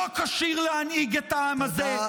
לא כשיר להנהיג את העם הזה.